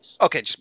Okay